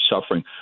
suffering